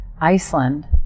Iceland